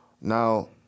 now